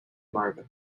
marvin